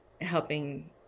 helping